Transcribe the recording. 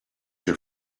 your